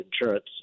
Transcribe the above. insurance